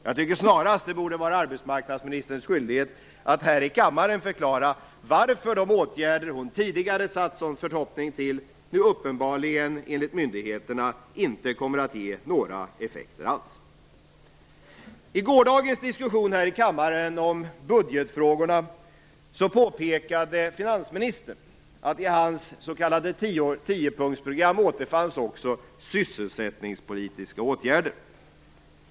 Jag tycker snarast att det borde vara arbetsmarknadsministerns skyldighet att här i kammaren förklara varför de åtgärder hon tidigare har satt en sådan förhoppning till nu uppenbarligen enligt myndigheterna inte kommer att ge några effekter alls. I gårdagens diskussion om budgetfrågorna här i kammaren påpekade finansministern att det i hans s.k. tiopunktsprogram också återfanns sysselsättningspolitiska åtgärder.